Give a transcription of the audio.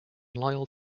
loyal